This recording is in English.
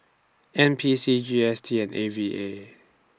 N P C G S T and A V A